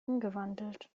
umgewandelt